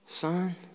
son